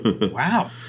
Wow